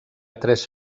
tres